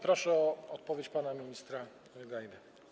Proszę o odpowiedź pana ministra Gajdę.